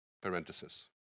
parenthesis